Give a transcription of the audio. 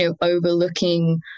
overlooking